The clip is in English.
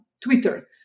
Twitter